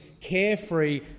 carefree